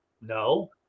no